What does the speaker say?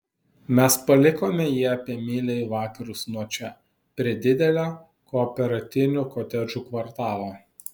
mes palikome jį apie mylią į vakarus nuo čia prie didelio kooperatinių kotedžų kvartalo